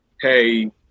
Hey